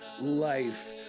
life